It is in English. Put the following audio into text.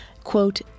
Quote